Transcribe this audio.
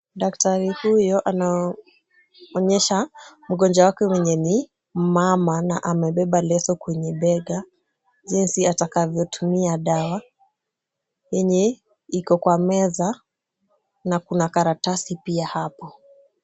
Daktari huyo anaonyesha mgonjwa wake ambaye ni mama na amebeba leso kwenye bega, jinsi atakavyo tumia dawa, yenye iko kwa meza, na kuna karatasi pia hapo.